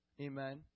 Amen